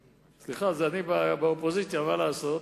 סליחה, אני באופוזיציה, מה לעשות?